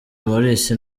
maurice